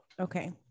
Okay